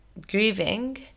Grieving